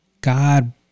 God